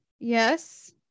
yes